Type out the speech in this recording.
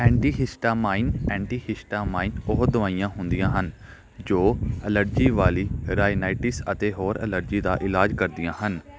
antihistamine antihistamine ਉਹ ਦਵਾਈਆਂ ਹੁੰਦੀਆਂ ਹਨ ਜੋ ਐਲਰਜੀ ਵਾਲੀ ਰਾਈਨਾਈਟਿਸ ਅਤੇ ਹੋਰ ਐਲਰਜੀ ਦਾ ਇਲਾਜ ਕਰਦੀਆਂ ਹਨ